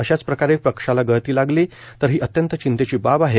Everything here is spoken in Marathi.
अशाच प्रकारे पक्षाला गळती लागली तर ही अत्यंत चिंतेची बाब आहे